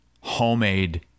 homemade